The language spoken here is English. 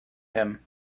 him